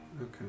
Okay